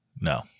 No